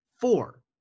Four